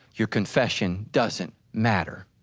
your confession doesn't matter.